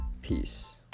Peace